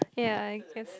ya I guess